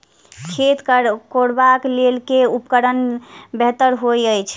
खेत कोरबाक लेल केँ उपकरण बेहतर होइत अछि?